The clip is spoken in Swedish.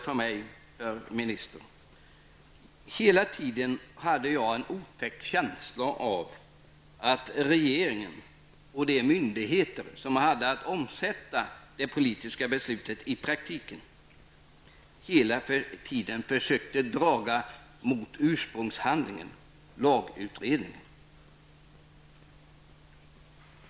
Jag hade hela tiden en otäck känsla av att regeringen och de myndigheter som hade att i praktisk verklighet omsätta det politiska beslutet försökte att närma sig ursprungsunderlaget, dvs. LAG-utredningens resultat.